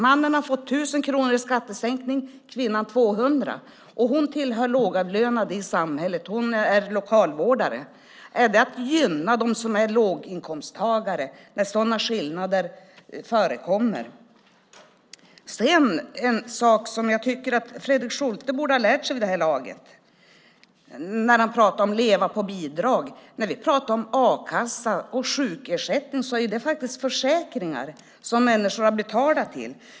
Mannen har fått 1 000 kronor i skattesänkning, kvinnan har fått 200. Hon tillhör de lågavlönade i samhället. Hon är lokalvårdare. Är det att gynna dem som är låginkomsttagare när sådana skillnader förekommer? En sak som jag tycker att Fredrik Schulte borde ha lärt sig vid det här laget när det gäller att leva på bidrag är att a-kassa och sjukersättning faktiskt är försäkringar som människor har betalat till.